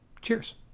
Cheers